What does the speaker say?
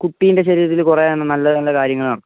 കുട്ടിൻ്റെ ശരീരത്തിൽ കുറേ നല്ല നല്ല കാര്യങ്ങളാണ്